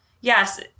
Yes